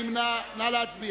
חנא סוייד,